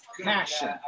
passion